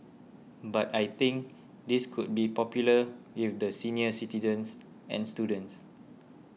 but I think this could be popular if the senior citizens and students